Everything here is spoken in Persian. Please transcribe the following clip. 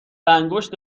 انگشت